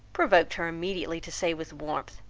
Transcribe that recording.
provoked her immediately to say with warmth,